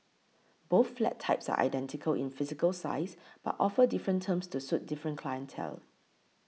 both flat types are identical in physical size but offer different terms to suit different clientele